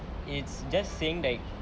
it's just saying like